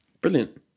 brilliant